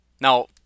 Now